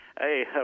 Hey